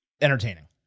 entertaining